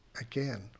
again